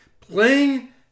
playing